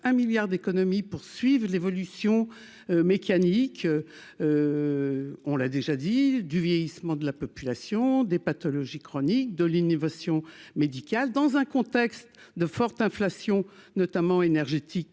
un milliard d'économies poursuivent l'évolution mécanique, on l'a déjà dit, du vieillissement de la population des pathologies chroniques de l'innovation médicale dans un contexte de forte inflation, notamment énergétiques